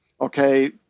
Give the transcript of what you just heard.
Okay